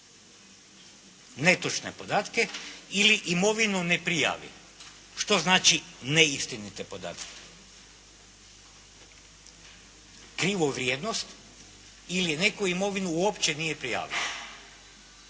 netočne podatke ili imovinu ne prijavi. Što znači neistinite podatke? Krivu vrijednost ili neku imovinu uopće nije prijavio?